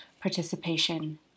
participation